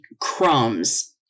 crumbs